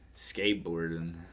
Skateboarding